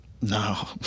no